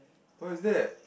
what is that